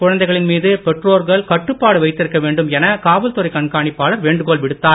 குழந்தைகளின் மீது பெற்றோர்கள் கட்டுப்பாடு வைத்திருக்க வேண்டும் என காவல்துறை கண்காணிப்பாளர் வேண்டுகோள் விடுத்தார்